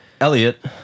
Elliot